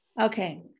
Okay